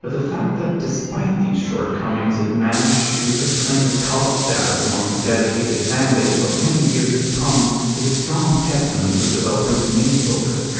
but the fact that despite these shortcomings it managed to acclaim a cult-status among a and dedicated fanbase for many years to come is a strong testament to the developers' main focus